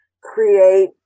create